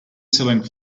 selling